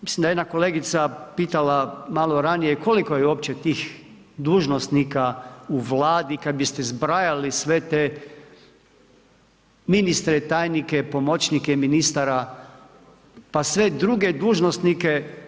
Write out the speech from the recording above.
Mislim da je jedna kolegica pitala malo ranije, koliko je uopće tih dužnosnika u vladi, kada biste zbrajali sve te ministre i tajnike, pomoćnike ministara, pa sve druge dužnosnike.